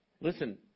Listen